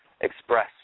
express